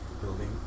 building